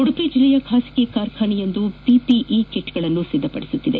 ಉಡುಪಿ ಜಿಲ್ಲೆಯ ಖಾಸಗೀ ಕಾರ್ಖಾನೆಯೊಂದು ಪಿಪಿಇ ಕಿಟ್ಗಳನ್ನು ತಯಾರಿಸುತ್ತಿದೆ